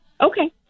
Okay